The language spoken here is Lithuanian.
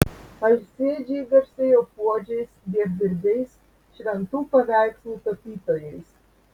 alsėdžiai garsėjo puodžiais dievdirbiais šventų paveikslų tapytojais